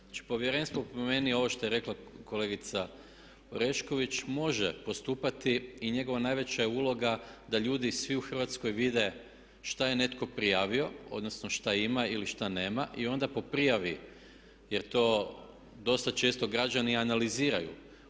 Znači Povjerenstvo po meni ovo što je rekla kolegica Orešković može postupati i njegova je najveća uloga da ljudi svi u Hrvatskoj vide šta je netko prijavio, odnosno šta ima ili šta nema i onda po prijavi jer to dosta često građani analiziraju.